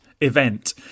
event